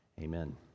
amen